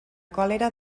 còlera